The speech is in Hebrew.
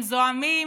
הם זועמים